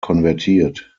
konvertiert